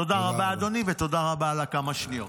תודה רבה, אדוני, ותודה רבה על השניות.